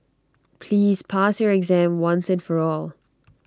please pass your exam once and for all